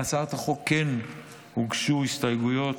להצעת החוק כן הוגשו הסתייגויות.